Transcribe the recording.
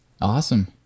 Awesome